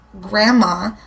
grandma